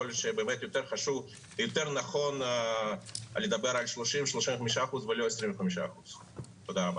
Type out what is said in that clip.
יכול להיות שנכון יותר לדבר על כ-35% ולא 25%. תודה רבה.